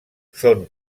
són